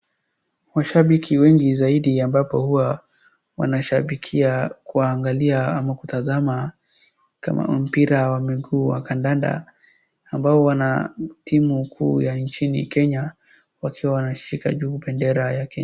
Washabiki wengi zaidi ambapo huwa wanashabikia kuangalia ama kutazama kama mpira wa miguu wa kandanda ambao wana timu kuu ya nchini Kenya wakiwa wanashika juu bendera ya Kenya.